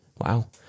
Wow